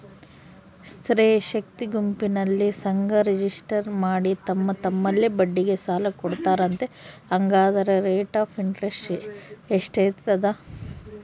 ಸ್ತ್ರೇ ಶಕ್ತಿ ಗುಂಪಿನಲ್ಲಿ ಸಂಘ ರಿಜಿಸ್ಟರ್ ಮಾಡಿ ತಮ್ಮ ತಮ್ಮಲ್ಲೇ ಬಡ್ಡಿಗೆ ಸಾಲ ಕೊಡ್ತಾರಂತೆ, ಹಂಗಾದರೆ ರೇಟ್ ಆಫ್ ಇಂಟರೆಸ್ಟ್ ಎಷ್ಟಿರ್ತದ?